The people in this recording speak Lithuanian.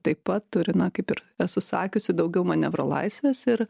taip pat turi na kaip ir esu sakiusi daugiau manevro laisvės ir